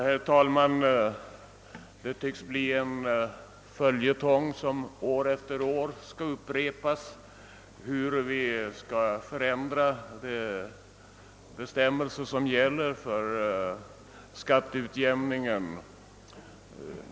Herr talman! Det tycks bli en följetong som upprepas år efter år, hur vi skall förändra de bestämmelser som gäller för skatteutjämningen.